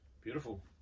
Beautiful